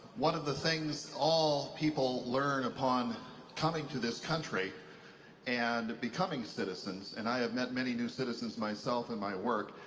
one of the things all people learn upon coming to this country and becoming citizens, and i have met many new citizens myself in my work,